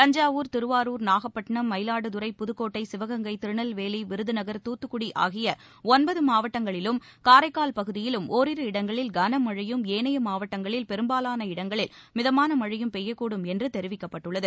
தஞ்சாவூர் திருவாரூர் நாகப்பட்டினம் மயிலாடுதுறை புதுக்கோட்டை சிவகங்கை திருநெல்வேலி விருதுநக் தூத்துக்குடி ஆகிய ஒன்பது மாவட்டங்களிலும் காரைக்கால் பகுதியிலும் ஒரிரு இடங்களில் களமழையும் ஏனைய மாவட்டங்களில் பெரும்பாலான இடங்களில் மிதமான மழையும் பெய்யக்கூடும் என்று தெரிவிக்கப்பட்டுள்ளது